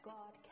God